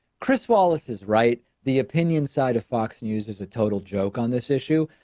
chris wallace is right, the opinion side of fox news as a total joke on this issue,